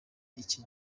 iki